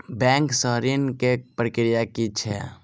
Bank सऽ ऋण लेय केँ प्रक्रिया की छीयै?